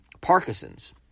Parkinson's